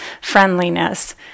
friendliness